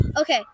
Okay